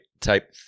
type